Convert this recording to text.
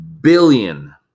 billion